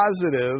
positive